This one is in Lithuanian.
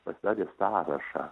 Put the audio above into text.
pasidarė sąrašą